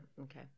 okay